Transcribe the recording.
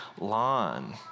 lawn